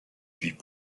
huit